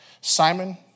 Simon